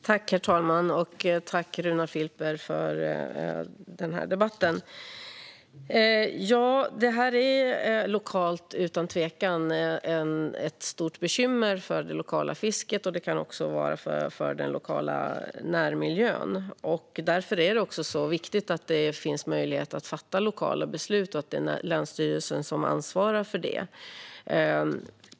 Herr talman! Tack, Runar Filper, för denna debatt! Detta är utan tvekan lokalt ett stort bekymmer för fisket, och ibland även för närmiljön. Därför är det också viktigt att det finns möjlighet att fatta lokala beslut och att länsstyrelsen ansvarar för detta.